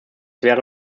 wäre